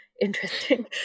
interesting